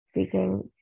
speaking